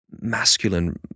masculine